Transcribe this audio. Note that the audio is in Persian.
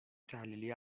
تحلیلی